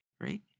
Right